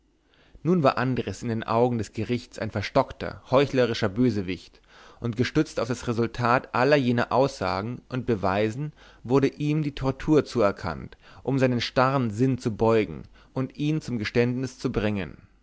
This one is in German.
nun war andres in den augen des gerichts ein verstockter heuchlerischer bösewicht und gestützt auf das resultat aller jener aussagen und beweise wurde ihm die tortur zuerkannt um seinen starren sinn zu beugen und ihn zum geständnis zu bringen